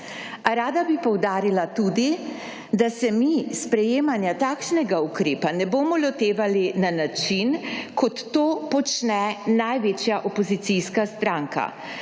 rada bi poudarila tudi, da se mi sprejemanja takšnega ukrepa ne bomo lotevali na način, kot to počne največja opozicijska stranka.